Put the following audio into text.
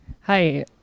hi